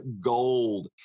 gold